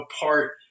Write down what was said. apart